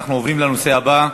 אנחנו עוברים לנושא הבא: